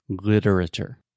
Literature